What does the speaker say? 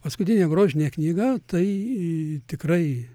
paskutinė grožinė knyga tai tikrai